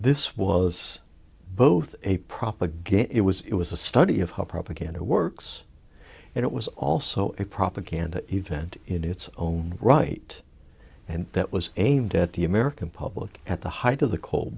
this was both a propagate it was it was a study of how propaganda works and it was also a propaganda event in its own right and that was aimed at the american public at the height of the cold